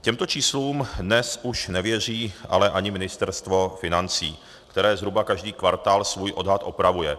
Těmto číslům dnes už nevěří ale ani Ministerstvo financí, které zhruba každý kvartál svůj odhad opravuje.